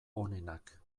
onenak